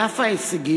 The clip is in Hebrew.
על אף ההישגים,